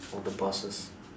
or the bosses